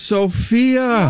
Sophia